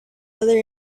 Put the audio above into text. other